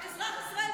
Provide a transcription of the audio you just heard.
אושר,